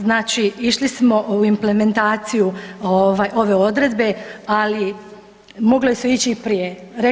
Znači išli smo u implementaciju ove odredbe, ali mogle su ići i prije.